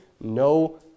no